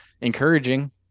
encouraging